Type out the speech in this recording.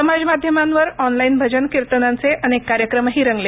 समाज माध्यमांवर ऑनलाइन भजन कीर्तनांचे अनेक कार्यक्रमही रंगले